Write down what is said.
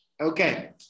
Okay